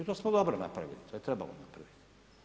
I to smo dobro napravili, to je trebalo napraviti.